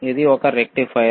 ఇది ఒక రెక్టిఫైయర్